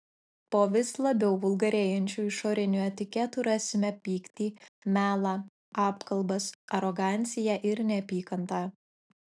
po vis labiau vulgarėjančiu išoriniu etiketu rasime pyktį melą apkalbas aroganciją ir neapykantą